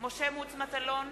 משה מטלון,